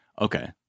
Okay